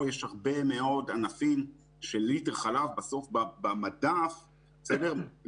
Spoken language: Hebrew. פה יש הרבה מאוד ענפים שליטר חלב בסוף במדף מפרנס.